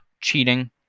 cheating